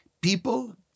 People